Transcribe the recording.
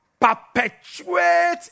perpetuate